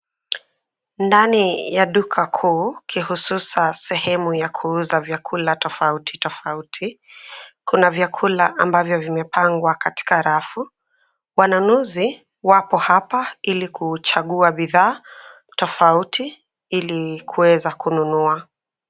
Ndani ya duka kuu kihusan sehemu ta kuuza vyakula tofauti tofauti, kuna vyakula ambavyo vimepangwa katika rafu. Wanunuzi wapo hapa ili kuchagua bidhaa tofauti ili kuweza kununua.